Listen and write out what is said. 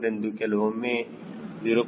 4 ಎಂದು ಕೆಲವೊಮ್ಮೆ 0